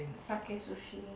Sakae-Sushi